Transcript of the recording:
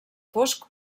fosc